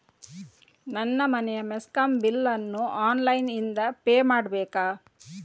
ನನ್ನ ಮನೆಯ ಮೆಸ್ಕಾಂ ಬಿಲ್ ಅನ್ನು ಆನ್ಲೈನ್ ಇಂದ ಪೇ ಮಾಡ್ಬೇಕಾ?